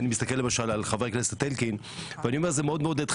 אני מסתכל למשל על חבר הכנסת אלקין ואני אומר: זה מאוד מעודד.